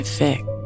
fix